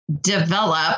develop